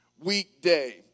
weekday